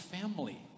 family